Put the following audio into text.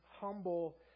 humble